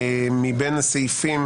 מבין הסעיפים